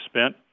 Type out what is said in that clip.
spent